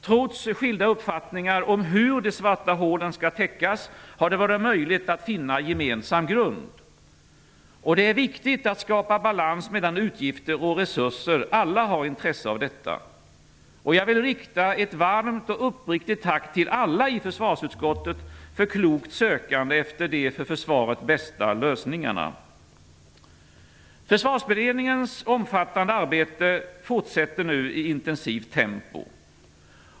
Trots skilda uppfattningar om hur de svarta hålen skall täckas har det varit möjligt att finna en gemensam grund. Det är viktigt att skapa balans mellan utgifter och resurser. Alla har intresse av detta. Jag vill rikta ett varmt och uppriktigt tack till alla i försvarsutskottet för klokt sökande efter de för försvaret bästa lösningarna. Försvarsberedningens omfattande arbete fortsätter nu i intensivt tempo.